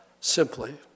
simply